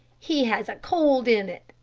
he has a cold in it,